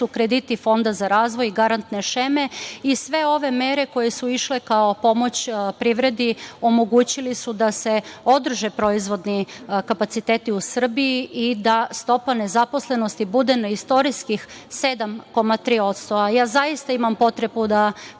krediti Fonda za razvoj, garantne šeme. Sve ove mere koje su išle kao pomoć privredi omogućile su da se održe proizvodni kapaciteti u Srbiji i da stopa nezaposlenosti bude na istorijskih 7,3%. Ja zaista imam potrebu da